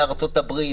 מארצות-הברית,